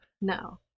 No